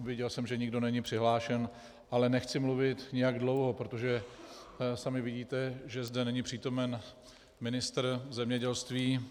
Viděl jsem, že nikdo není přihlášen, ale nechci mluvit nijak dlouho, protože sami vidíte, že zde není přítomen ministr zemědělství.